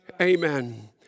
Amen